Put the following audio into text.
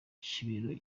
kibero